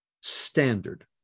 standard